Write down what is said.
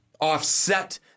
offset